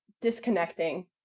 disconnecting